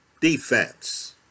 defense